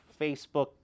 Facebook